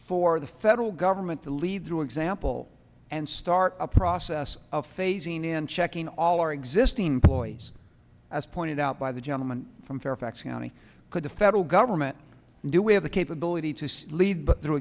for the federal government to lead through example and start a process of phasing in checking all our existing employees as pointed out by the gentleman from fairfax county could the federal government do we have the capability to slieve but through